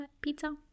pizza